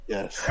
Yes